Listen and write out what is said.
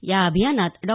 या अभियानात डॉ